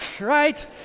right